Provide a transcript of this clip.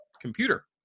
computer